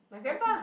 my grandpa